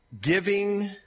giving